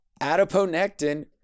adiponectin